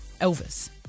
Elvis